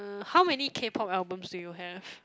how many K-pop albums do you have